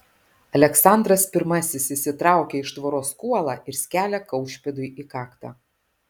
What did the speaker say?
aleksandras pirmasis išsitraukia iš tvoros kuolą ir skelia kaušpėdui į kaktą